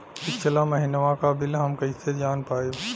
पिछला महिनवा क बिल हम कईसे जान पाइब?